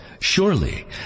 Surely